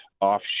off